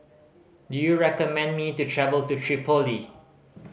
do you recommend me to travel to Tripoli